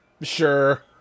Sure